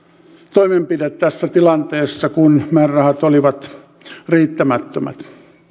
toimenpide tässä tilanteessa kun määrärahat olivat riittämättömät